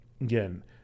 again